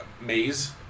maze